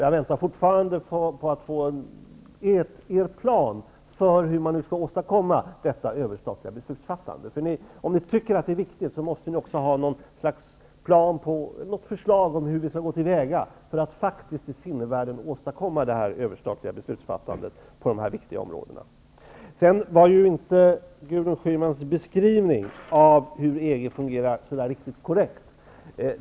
Jag väntar fortfarande på att få höra vad ni har för plan för hur man skall åstadkomma detta överstatliga beslutsfattande. Om ni tycker att det är viktigt, måste ni ha något slags förslag till hur vi skall gå till väga att faktiskt i sinnevärlden åstadkomma detta överstatliga beslutsfattande på dessa viktiga områden. Gudrun Schymans beskrivning av hur EG fungerar var inte riktigt korrekt.